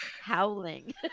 howling